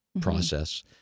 process